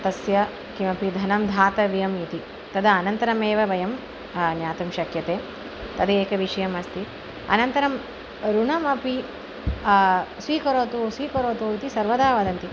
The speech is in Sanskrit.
तस्य किमपि धनं दातव्यम् इति तद् अनन्तरम् एव वयं ज्ञातुं शक्यते तद् एकं विषयम् अस्ति अनन्तरम् ऋणमपि स्वीकरोतु स्वीकरोतु इति सर्वदा वदन्ति